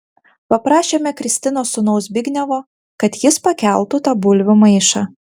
paprašėme kristinos sūnaus zbignevo kad jis pakeltų tą bulvių maišą